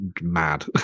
mad